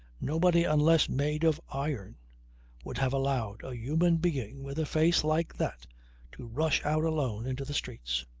nobody unless made of iron would have allowed a human being with a face like that to rush out alone into the streets.